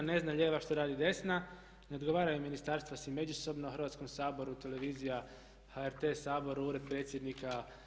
Ne zna lijeva što radi desna, ne odgovaraju ministarstva si međusobno, Hrvatskom saboru, televizija, HRT Saboru, Ured predsjednika.